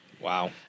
Wow